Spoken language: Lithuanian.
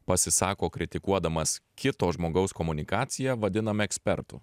pasisako kritikuodamas kito žmogaus komunikaciją vadinam ekspertu